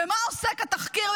במה עוסק התחקיר,